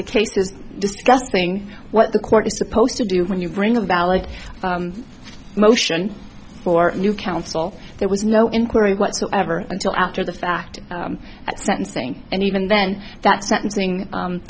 the case is disgusting what the court is supposed to do when you bring a valid motion for a new council there was no inquiry whatsoever until after the fact at sentencing and even then that sentencing